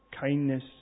kindness